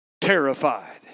terrified